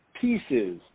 pieces